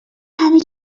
همه